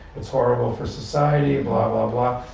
it's horrible for society, blah blah blah.